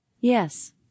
Yes